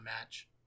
match